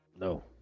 No